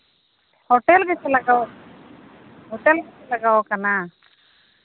hotel ᱜᱮᱥᱮ ᱞᱟᱜᱟᱣ hotel ᱜᱮᱥᱮ ᱞᱟᱜᱟᱣ ᱠᱟᱱᱟ